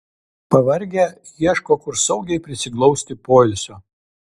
pavargę ieško kur saugiai prisiglausti poilsio